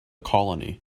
colony